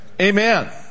Amen